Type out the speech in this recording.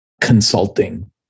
consulting